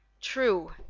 True